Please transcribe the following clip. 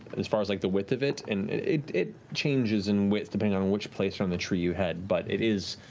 as far as like the width of it and it it changes in width depending on which place on the tree you head. but it is,